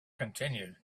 continued